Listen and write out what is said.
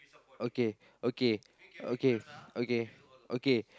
okay okay okay okay okay